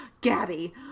Gabby